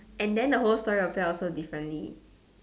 and then the whole story will play out so differently